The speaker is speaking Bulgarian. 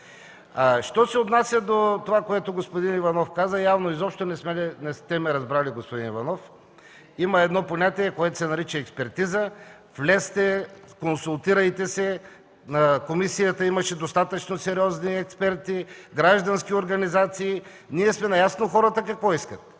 Що се отнася до това, което господин Иванов каза. Явно изобщо не сте ме разбрали, господин Иванов. Има едно понятие, което се нарича експертиза, влезте, консултирайте се, на комисията имаше достатъчно сериозни експерти, граждански организации. Ние сме наясно какво искат